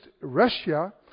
Russia